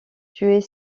tuer